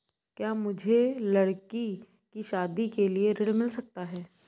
क्या मुझे लडकी की शादी के लिए ऋण मिल सकता है?